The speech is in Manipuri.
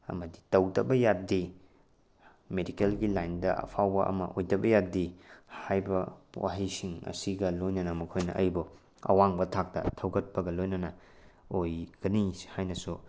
ꯑꯃꯗꯤ ꯇꯧꯗꯕ ꯌꯥꯗꯦ ꯃꯦꯗꯤꯀꯦꯜꯒꯤ ꯂꯥꯏꯟꯗ ꯑꯐꯥꯎꯕ ꯑꯃ ꯑꯣꯏꯗꯕ ꯌꯥꯗꯦ ꯍꯥꯏꯕ ꯋꯥꯍꯩꯁꯤꯡ ꯑꯁꯤꯒ ꯂꯣꯏꯅꯅ ꯃꯈꯣꯏꯅ ꯑꯩꯕꯨ ꯑꯋꯥꯡꯕ ꯊꯥꯛꯇ ꯊꯧꯒꯠꯄꯒ ꯂꯣꯏꯅꯅ ꯑꯣꯏꯒꯅꯤ ꯍꯥꯏꯅꯁꯨ